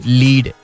lead